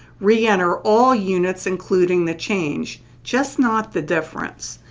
re-enter all units including the change, just not the difference.